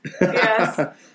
yes